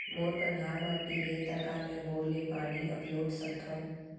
मोर कन्हार माटी हे, त का मैं बोर ले पानी अपलोड सकथव?